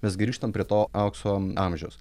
mes grįžtam prie to aukso amžiaus